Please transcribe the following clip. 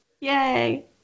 Yay